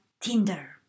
Tinder